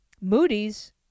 Moody's